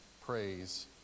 praise